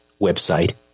website